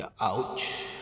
ouch